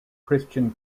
christian